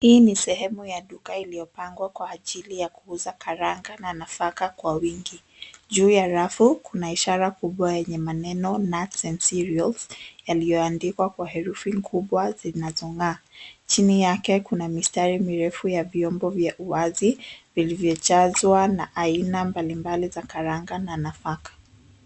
Hii ni sehemu ya duka iliopangwa kwa ajili ya kuuza karanga na nafaka kwa wingi. Juu ya rafu kuna ishara kubwa enye maneno nut and cereals yalioandikwa kwa herufi kubwa zinazongaa chini yake kuna mistari mirefu ya vyombo vya uwazi vilivyojaswa aina mbali mbali za karanga na nafaka.